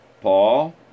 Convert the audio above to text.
Paul